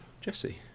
Jesse